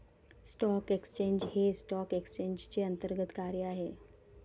stock exchange हे stock एक्सचेंजचे अंतर्गत कार्य आहे